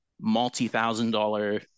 multi-thousand-dollar